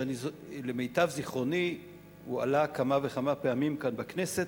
למיטב זיכרוני הוא עלה כמה פעמים כאן בכנסת,